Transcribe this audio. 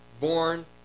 born